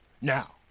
Now